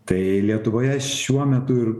tai lietuvoje šiuo metu ir